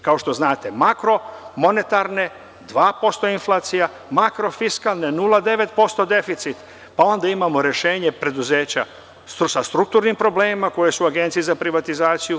Kao što znate, makoromonetarne 2% inflacija, makrofiskalne 0,9% deficit, pa onda imamo rešenje preduzeća sa strukturnim problemima, koje su u Agenciji za privatizaciju.